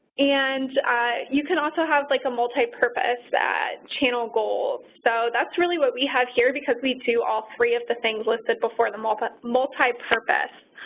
and you can also have, like, a multi-purpose that channels goals. so, that's really what we have here because we do all three of the things listed before the but multi-purpose.